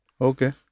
Okay